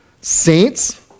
Saints